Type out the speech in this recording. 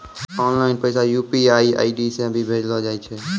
online पैसा UPI ID से भी भेजलो जाय छै